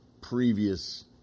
previous